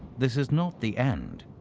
this is not the end.